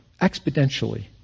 exponentially